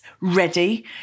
ready